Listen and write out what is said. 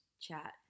chat